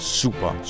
super